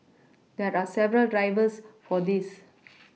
there are several drivers for this